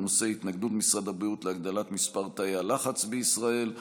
בנושא: התנגדות משרד הבריאות להגדלת מספר תאי הלחץ בישראל.